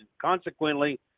Consequently